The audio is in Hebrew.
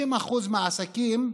50% מהעסקים,